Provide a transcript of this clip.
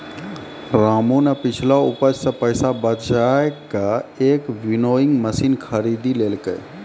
रामू नॅ पिछलो उपज सॅ पैसा बजाय कॅ एक विनोइंग मशीन खरीदी लेलकै